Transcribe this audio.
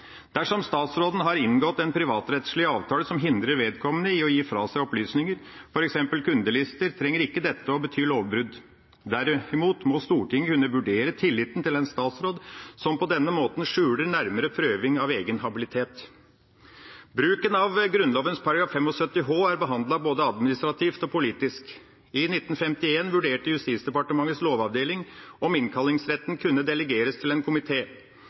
Dersom statsråden har inngått en privatrettslig avtale som hindrer vedkommende i å gi fra seg opplysninger, f.eks. kundelister, trenger ikke dette å bety lovbrudd. Derimot må Stortinget kunne vurdere tilliten til en statsråd som på denne måten skjuler nærmere prøving av egen habilitet. Bruken av Grunnloven § 75 h er behandlet både administrativt og politisk. I 1951 vurderte Justisdepartementets lovavdeling om innkallingsretten kunne delegeres til en